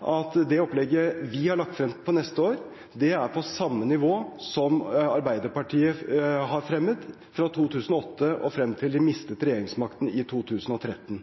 at det opplegget vi har lagt frem for neste år, er på samme nivå som Arbeiderpartiet fremmet fra 2008 og frem til de mistet regjeringsmakten i 2013.